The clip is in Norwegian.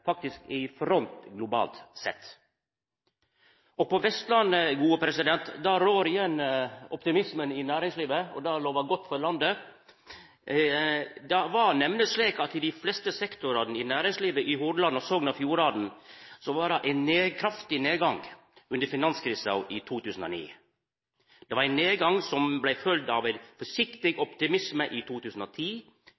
faktisk er i front globalt sett. På Vestlandet rår igjen optimismen i næringslivet, og det lovar godt for landet. Det var nemleg slik at i dei fleste sektorane i næringslivet i Hordaland og i Sogn og Fjordane var det ein kraftig nedgang under finanskrisa i 2009. Det var ein nedgang som blei følgd av ein forsiktig